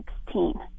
Sixteen